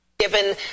Given